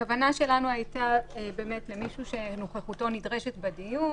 הכוונה שלנו הייתה למישהו שנוכחותו נדרשת בדיון.